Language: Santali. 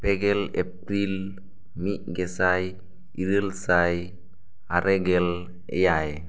ᱯᱮᱜᱮᱞ ᱮᱯᱨᱤᱞ ᱢᱤᱫ ᱜᱮᱥᱟᱭ ᱤᱨᱟᱹᱞ ᱥᱟᱭ ᱟᱨᱮ ᱜᱮᱞ ᱮᱭᱟᱭ